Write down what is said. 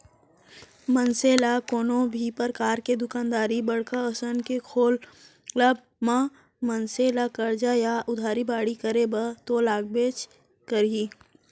मनसे ल कोनो भी परकार के दुकानदारी बड़का असन के खोलब म मनसे ला करजा या उधारी बाड़ही करे बर तो लगबे करही